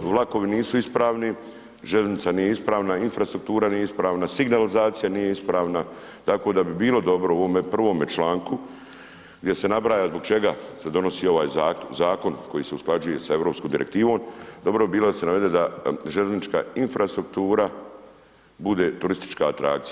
vlakovi nisu ispravni, željeznica nije ispravna, infrastruktura nije ispravna, signalizacija nije ispravna, tako da bi bilo dobro u ovome prvome članku gdje se nabraja zbog čega se donosi ovaj zakon koji se usklađuje sa europskom direktivnom, dobro bi bilo da se navede da željeznička infrastruktura bude turistička atrakcija.